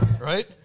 Right